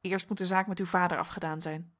eerst moet de zaak met uw vader afgedaan zijn